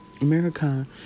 America